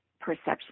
perception